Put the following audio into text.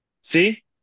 see